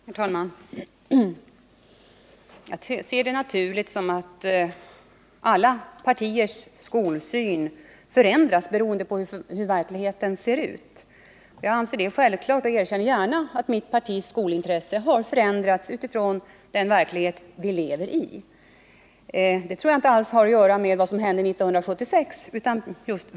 Herr talman! Jag ser det som naturligt att alla partiers skolsyn förändras beroende på hur verkligheten ser ut. Jag anser det vara självklart och erkänner gärna att mitt partis skolintresse har förändrats utifrån den verklighet vi lever i. Det tror jag inte alls har att göra med vad som hände 1976.